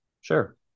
Sure